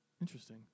Interesting